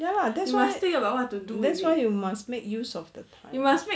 ya lah that's why that's why you must make use of the time